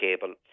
cable